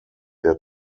der